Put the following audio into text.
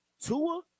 Tua